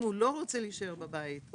אם הוא לא רוצה להישאר בבית,